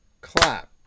Clap